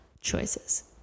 choices